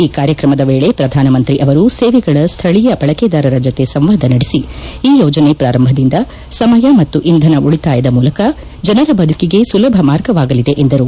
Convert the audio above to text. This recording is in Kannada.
ಈ ಕಾರ್ಯಕ್ರಮದ ವೇಳೆ ಪ್ರಧಾನಮಂತ್ರಿ ಅವರು ಸೇವೆಗಳ ಸ್ವಳೀಯ ಬಳಕೆದಾರರ ಜೊತೆ ಸಂವಾದ ನಡೆಸಿ ಈ ಯೋಜನೆ ಪ್ರಾರಂಭದಿಂದ ವೇಳೆ ಮತ್ತು ಇಂಧನ ಉಳಿತಾಯದ ಮೂಲಕ ಜನರ ಬದುಕಿಗೆ ಸುಲಭ ಮಾರ್ಗವಾಗಲಿದೆ ಎಂದರು